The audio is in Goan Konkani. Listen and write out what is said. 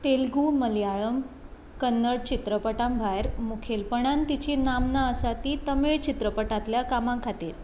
तेलुगू मलयाळम कन्नड चित्रपटां भायर मुखेलपणान तिची नामना आसा ती तमीळ चित्रपटांतल्या कामांखातीर